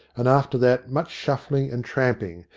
and after that much shuffling and tramping,